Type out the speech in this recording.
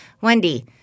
Wendy